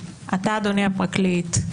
אתה אדוני הפרקליט,